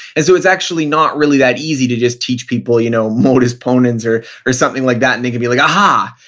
and so it's actually not really that easy to just teach people you know modus ponens or or something like that and they can be like, aha.